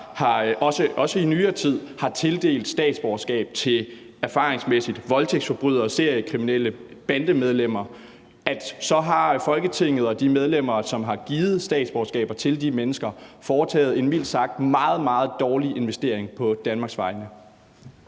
erfaringsmæssigt har tildelt statsborgerskaber til voldtægtsforbrydere, seriekriminelle og bandemedlemmer, så har Folketinget og de medlemmer, som har givet statsborgerskaber til de mennesker, foretaget en mildt sagt meget, meget dårlig investering på Danmarks vegne.